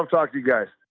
i'm talking to you guys.